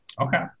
Okay